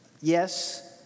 Yes